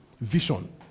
Vision